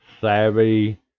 savvy